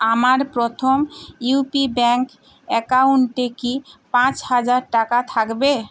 আমার প্রথম U P bank অ্যাকাউন্টে কি পাঁচ হাজার টাকা থাকবে